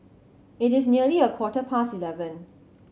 it is nearly a quarter past eleven